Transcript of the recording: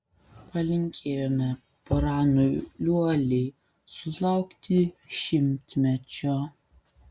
palinkėjome pranui liuoliai sulaukti šimtmečio